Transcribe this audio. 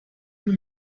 you